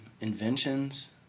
inventions